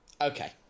Okay